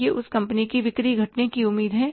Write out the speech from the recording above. उस उस कंपनी की बिक्री घटने की उम्मीद है